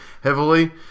heavily